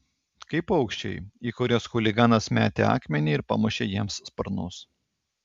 kaip paukščiai į kuriuos chuliganas metė akmenį ir pamušė jiems sparnus